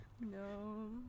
No